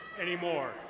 anymore